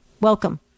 Welcome